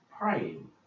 praying